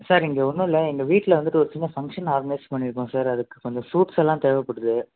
sir இங்கே ஒன்றும் இல்லை எங்கள் வீட்டில் வந்துட்டு ஒரு சின்ன ஃபங்க்ஷன் ஆர்கனைஸ் பண்ணியிருக்கோம் சார் அதுக்கு கொஞ்சம் ஃபுரூட்ஸ்ஸெல்லாம் தேவைப்படுது